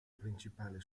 principale